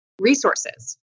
resources